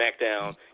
SmackDown